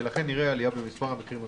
ולכן נראה עלייה במס' המקרים הקשים.